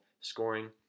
scoring